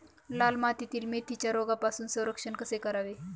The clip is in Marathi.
लाल मातीतील मेथीचे रोगापासून संरक्षण कसे करावे?